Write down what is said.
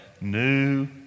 new